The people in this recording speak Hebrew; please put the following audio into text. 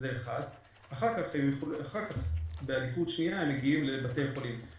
אחר כך, בעדיפות שנייה, הם מגיעים לבתי חולים.